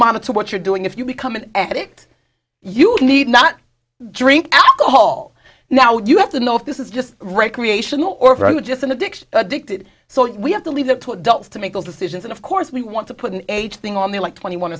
monitor what you're doing if you become an addict you need not drink at all now you have to know if this is just recreational or for you just an addiction addicted so we have to leave that to adults to make those decisions and of course we want to put an age thing on the like twenty